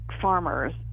farmers